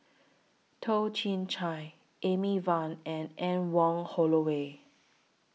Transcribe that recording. Toh Chin Chye Amy Van and Anne Wong Holloway